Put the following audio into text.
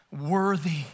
Worthy